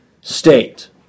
state